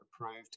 approved